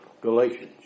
Galatians